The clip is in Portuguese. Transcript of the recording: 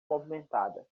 movimentada